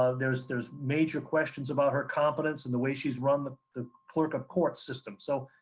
ah there's there's major questions about her competence and the way she's run the the clerk of court system. so,